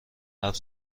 حرف